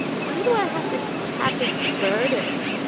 why, do i have to have this burden,